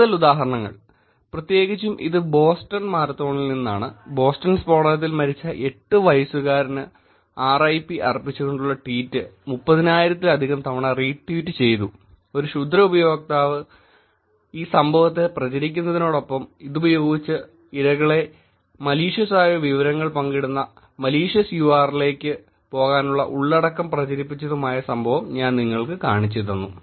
കൂടുതൽ ഉദാഹരണങ്ങൾ പ്രത്യേകിച്ചും ഇത് ബോസ്റ്റൺ മാരത്തോണിൽ നിന്നാണ് ബോസ്റ്റൺ സ്ഫോടനത്തിൽ മരിച്ച 8 വയസ്സുകാരന് RIP അർപ്പിച്ചുകൊണ്ടുള്ള ട്വീറ്റ് 30000 ലധികം തവണ റീട്വീറ്റ് ചെയ്തു ഒരു ക്ഷുദ്ര ഉപയോക്താവ് ഈ സംഭവത്തെ പ്രചരിപ്പിക്കുന്നതിനോടൊപ്പം ഇതുപയോഗിച്ച് ഇരകളെ ക്ഷുദ്രകരമായ വിവരങ്ങൾ പങ്കിടുന്ന ക്ഷുദ്ര URL ലേക്ക് malicious URLs പോകാനുള്ള ഉള്ളടക്കം പ്രചരിപ്പിച്ചതുമായ സംഭവം ഞാൻ നിങ്ങൾക്ക് കാണിച്ചുതന്നു